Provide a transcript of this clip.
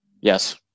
Yes